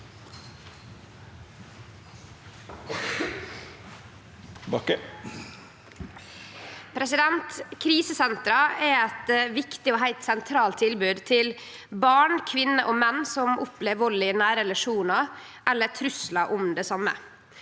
Krisesentera er eit viktig og heilt sentralt tilbod til barn, kvinner og menn som opplever vald i nære relasjonar eller truslar om det same.